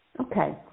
Okay